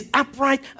upright